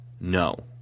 no